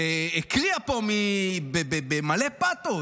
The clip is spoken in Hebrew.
והקריאה פה במלא פתוס,